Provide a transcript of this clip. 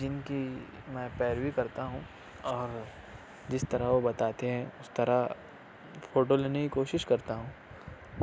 جن کی میں پیروی کرتا ہوں اور جس طرح وہ بتاتے ہیں اس طرح فوٹو لینے کی کوشش کرتا ہوں